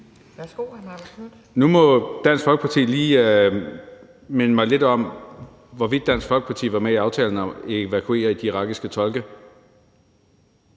Nu må Dansk Folkeparti lige minde mig lidt om, hvorvidt Dansk Folkeparti var med i aftalen om at evakuere de irakiske tolke.